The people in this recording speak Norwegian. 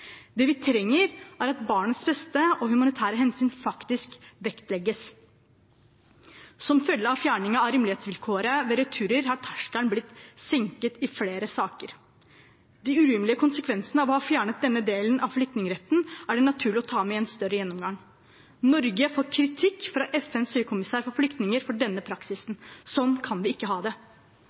Det vi trenger, er at barnets beste og humanitære hensyn faktisk vektlegges. Som følge av fjerning av rimelighetsvilkåret ved returer har terskelen blitt senket i flere saker. De urimelige konsekvensene av å ha fjernet denne delen av flyktningretten er det naturlig å ta med i en større gjennomgang. Norge får kritikk fra FNs høykommissær for flyktninger for denne praksisen. Sånn kan vi ikke ha det.